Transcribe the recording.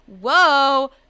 whoa